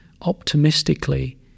optimistically